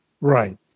Right